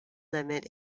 limit